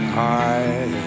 high